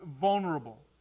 vulnerable